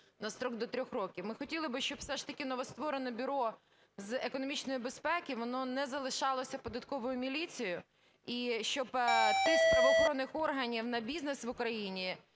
на строк до 3 років. Ми хотіли б, щоб все ж таки новостворене Бюро з економічної безпеки, воно не залишалося Податковою міліцією, і щоб тиск правоохоронних органів на бізнес в Україні